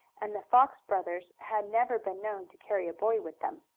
and the fox brothers had never been known to carry a boy with them.